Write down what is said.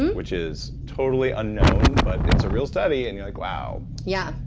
and which is totally unknown, but it's a real study, and you're like, wow. yeah